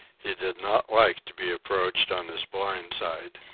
he did not like to be approached on his blind side.